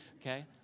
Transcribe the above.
okay